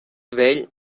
vell